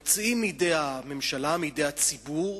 מוציאים מידי הממשלה, מידי הציבור,